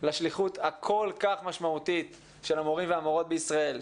לשליחות הכול כך ענקית של המורים והמורות בישראל,